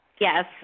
Yes